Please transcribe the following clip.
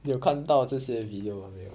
有看到这些 video mah 没有